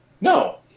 No